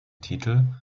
titel